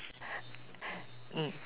mm